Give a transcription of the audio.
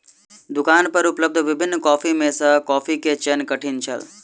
दुकान पर उपलब्ध विभिन्न कॉफ़ी में सॅ कॉफ़ी के चयन कठिन छल